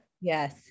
Yes